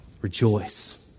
Rejoice